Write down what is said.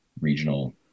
regional